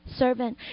servant